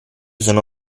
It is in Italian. sono